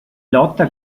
lotta